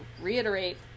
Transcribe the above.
reiterate